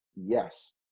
Yes